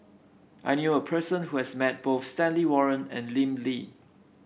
I knew a person who has met both Stanley Warren and Lim Lee